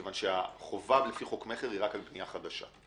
כי החובה לפי חוק מכר היא רק על בנייה חדשה.